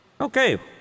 Okay